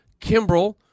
Kimbrell